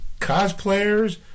cosplayers